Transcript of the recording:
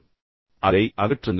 இப்போது அதை அகற்றுங்கள்